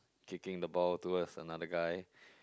kicking the ball towards another guy